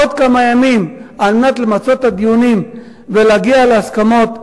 עוד כמה ימים כדי למצות את הדיונים ולהגיע להסכמות,